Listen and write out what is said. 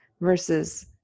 versus